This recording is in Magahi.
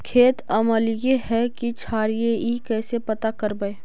खेत अमलिए है कि क्षारिए इ कैसे पता करबै?